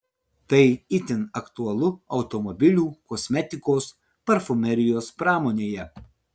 tai itin aktualu automobilių kosmetikos parfumerijos pramonėje